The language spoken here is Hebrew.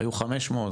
היו 500,